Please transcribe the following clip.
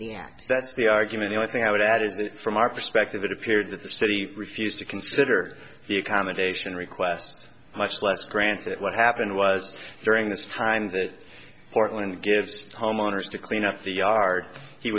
act that's the argument i think i would add is that from our perspective it appeared that the city refused to consider the accommodation request much less grants that what happened was during this time that portland gives homeowners to clean up the yard he